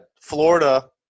Florida